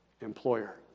employer